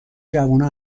جوونا